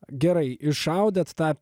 gerai išaudėt tą